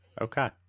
Okay